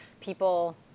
people